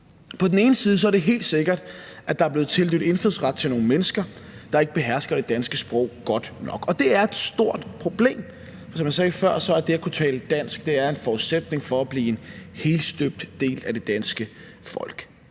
På den ene side er det helt sikkert, at der er blevet tildelt indfødsret til nogle mennesker, der ikke behersker det danske sprog godt nok. Det er et stort problem. Som jeg sagde før, er det at kunne tale dansk en forudsætning for at blive en helstøbt del af det danske folk.